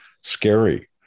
scary